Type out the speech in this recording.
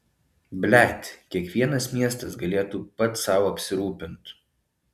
blet kiekvienas miestas galėtų pats sau apsirūpint